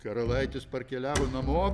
karalaitis parkeliavo namo